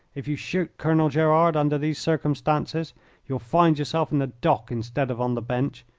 if you shoot colonel gerard under these circumstances you'll find yourself in the dock instead of on the bench.